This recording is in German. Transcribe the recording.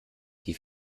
die